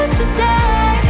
today